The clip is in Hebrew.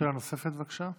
שאלה נוספת, בבקשה.